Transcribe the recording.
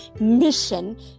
mission